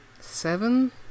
Seven